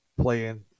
playing